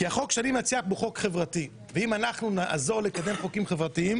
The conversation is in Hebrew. החוק שאני מציע הוא חוק חברתי ואם אנחנו נעזור לקדם חוקים חברתיים